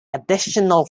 additional